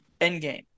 endgame